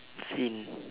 Sin